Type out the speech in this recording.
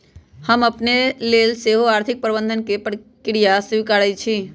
हम अपने लेल सेहो आर्थिक प्रबंधन के प्रक्रिया स्वीकारइ छी